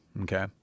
okay